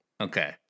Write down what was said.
Okay